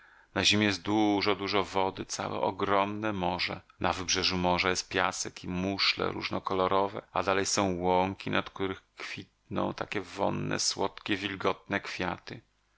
na ziemi jest dużo dużo wody całe ogromne morze na wybrzeżu morza jest piasek i muszle różnokolorowe a dalej są łąki na których kwitną takie wonne słodkie wilgotne kwiaty